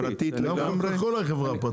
גם קוקה קולה היא חברה פרטית.